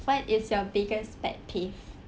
what is your biggest pet peeve